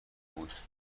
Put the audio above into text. بود